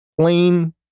plain